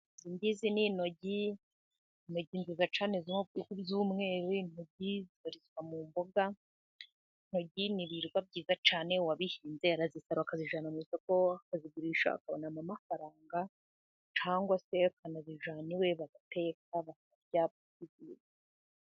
Izi ngizi ni intoryi, intoryi nziza cyane z'umweru, intoryi zibarizwa mu mboga, intoryi ni ibihingwa byiza cyane, uwabihinze arazisarura akazijyana mu isoko akazigurisha akabonamo amafaranga, cyangwa se akazijyana iwe bagateka bakarya.